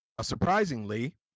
Surprisingly